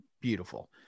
beautiful